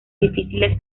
difíciles